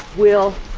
will